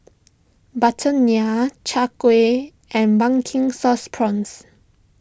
Butter Naan Chai Kuih and Pumpkin Sauce Prawns